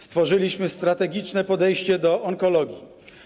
Stworzyliśmy strategiczne podejście do onkologii.